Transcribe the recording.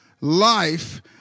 life